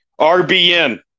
RBN